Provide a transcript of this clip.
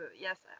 yes